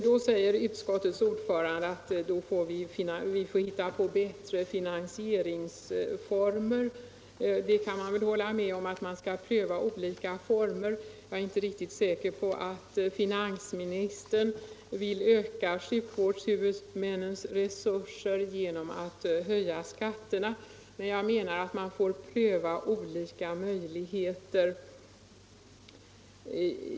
Då säger utskottets ordförande att vi får hitta på bättre finansieringsformer. Jag kan väl hålla med om att man skall pröva olika former. Men jag är inte säker på att finansministern vill öka sjukvårdshuvudmännens resurser genom att höja skatterna. Jag menar att man får pröva olika möjligheter.